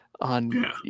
on